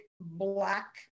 black